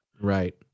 right